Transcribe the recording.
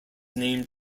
named